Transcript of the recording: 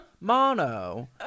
Mono